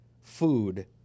food